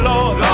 Lord